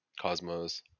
Cosmos